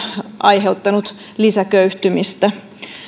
aiheuttaneet lisäköyhtymistä